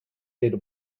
beta